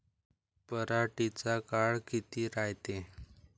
पराटीचा काळ किती रायते?